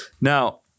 Now